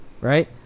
Right